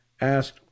asked